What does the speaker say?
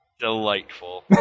Delightful